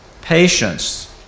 Patience